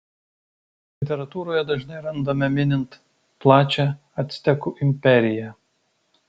literatūroje dažnai randame minint plačią actekų imperiją